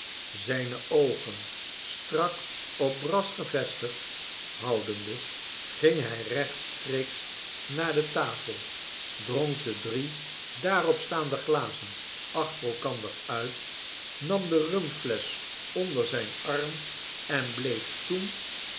zijne oogen strak op brass gevestigd houdende ging hij rechtstreeks naar de tafel dronk de drie daarop staande glazen achter elkander uit nam de rumflesch onder zijn arm enbleef toen